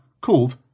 called